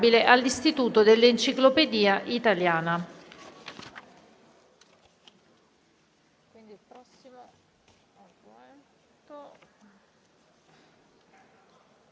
all'Istituto dell'enciclopedia italiana.